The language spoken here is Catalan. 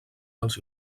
dels